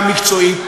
גם מקצועית,